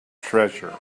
treasure